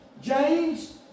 James